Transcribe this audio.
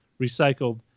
recycled